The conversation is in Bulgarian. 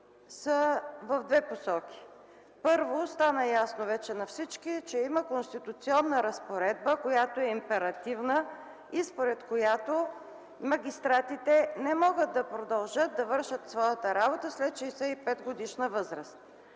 са в две посоки. Първо, стана ясно вече на всички, че има конституционна разпоредба, която е императивна и според която магистратите не могат да продължат да вършат своята работа след 65-годишна възраст.